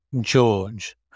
George